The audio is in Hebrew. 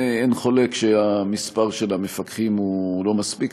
אין חולק שמספר המפקחים לא מספיק.